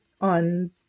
on